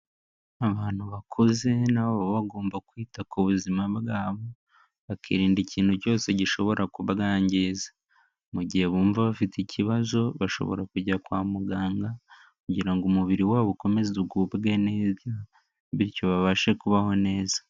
Abantu bakuze nabo baba bagomba kwita ku buzima bwabo, bakirinda ikintu cyose gishobora kubwangiza. Mu gihe bumva bafite ikibazo, bashobora kujya kwa muganga kugira ngo umubiri wabo ukomeze ugubwe neza, bityo babashe kubaho neza.